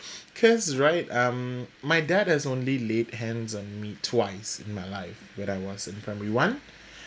because right um my dad has only laid hands on me twice in my life when I was in primary one